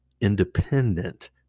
independent